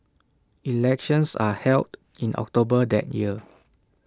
elections are held in October that year